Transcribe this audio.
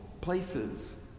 places